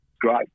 Great